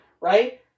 Right